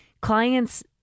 clients